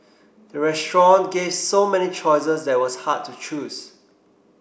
the restaurant gave so many choices that was hard to choose